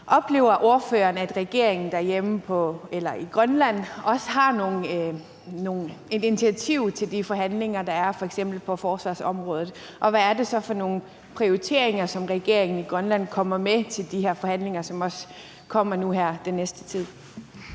Oplever ordføreren, at regeringen derhjemme i Grønland også har et initiativ i de forhandlinger, der er, f.eks. på forsvarsområdet, og hvad er det så for nogle prioriteringer, som regeringen i Grønland kommer med til de forhandlinger, som også kommer nu her den næste tid?